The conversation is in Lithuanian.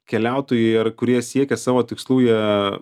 keliautojai ar kurie siekia savo tikslų jie